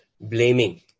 blaming